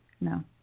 No